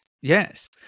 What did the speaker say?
Yes